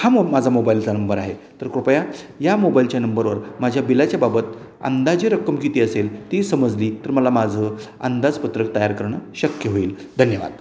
हा मो माझा मोबाईलचा नंबर आहे तर कृपया या मोबाईलच्या नंबरवर माझ्या बिलाच्या बाबत अंदाजी रक्कम किती असेल ती समजली तर मला माझं अंदाजपत्रक तयार करणं शक्य होईल धन्यवाद